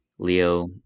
Leo